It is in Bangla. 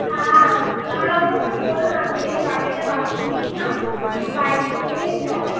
হ্যাঁ আর আমি ওকে বললাম যে গাড়িটা বার করিস না বাইকে করেই চ